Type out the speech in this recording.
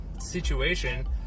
Situation